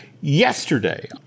yesterday